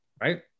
Right